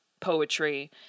poetry